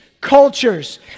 cultures